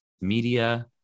media